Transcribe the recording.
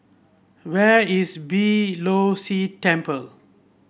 where is Beeh Low See Temple